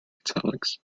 italics